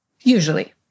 Usually